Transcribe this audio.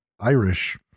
Irish